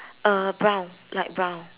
uh brown light brown